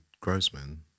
Grossman